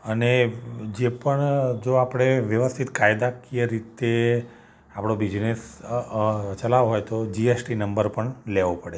અને જે પણ જો આપણે વ્યવસ્થિત કાયદાકીય રીતે આપણો બિઝનેસ ચલાવવો હોય તો જી એસ ટી નંબર પણ લેવો પડે